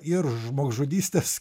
ir žmogžudystės